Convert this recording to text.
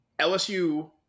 LSU